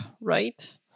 right